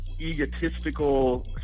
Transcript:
egotistical